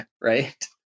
right